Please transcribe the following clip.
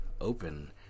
open